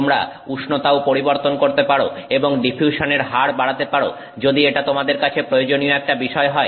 তোমরা উষ্ণতাও পরিবর্তন করতে পারো এবং ডিফিউশনের হার বাড়াতে পারো যদি এটা তোমাদের কাছে প্রয়োজনীয় একটা বিষয় হয়